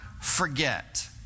forget